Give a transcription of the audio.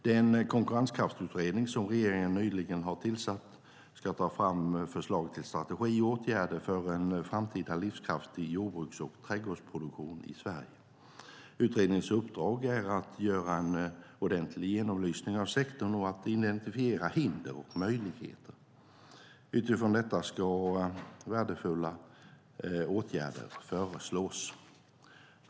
Den konkurrenskraftsutredning som regeringen nyligen har tillsatt ska ta fram förslag till strategi och åtgärder för en framtida livskraftig jordbruks och trädgårdsproduktion i Sverige. Utredningens uppdrag är att göra en ordentlig genomlysning av sektorn och att identifiera hinder och möjligheter. Utifrån detta ska värdefulla åtgärder föreslås.